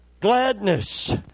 Gladness